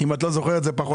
אם את לא זוכרת, זה פחות.